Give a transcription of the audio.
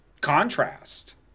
contrast